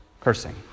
cursing